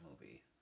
movie